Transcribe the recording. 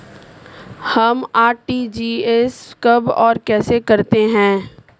हम आर.टी.जी.एस कब और कैसे करते हैं?